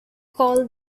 call